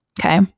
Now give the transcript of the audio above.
Okay